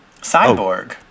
Cyborg